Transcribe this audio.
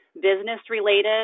business-related